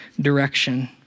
direction